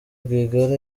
rwigara